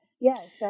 yes